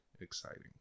exciting